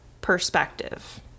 perspective